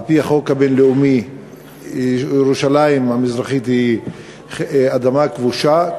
לפי החוק הבין-לאומי ירושלים המזרחית היא אדמה כבושה,